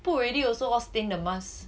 put already also all stain the mask